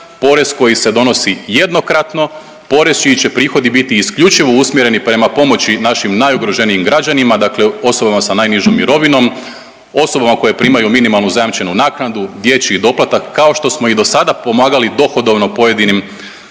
porez koji se donosi jednokratno, porez čiji će prihodi biti isključivo usmjereni prema pomoći našim najugroženijim građanima, dakle osobama sa najnižom mirovinom, osobama koje primaju minimalnu zajamčenu naknadu, dječji doplatak, kao što smo i dosada pomagali dohodovno pojedinim